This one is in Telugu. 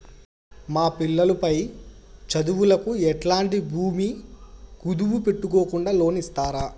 మా పిల్లలు పై చదువులకు ఎట్లాంటి భూమి కుదువు పెట్టుకోకుండా లోను ఇస్తారా